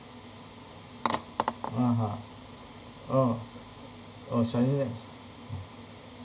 (uh huh) oh oh